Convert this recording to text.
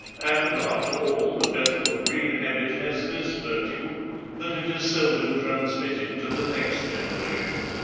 and, after all, the bethnal green habit has this virtue that it is seldom transmitted to the next generation.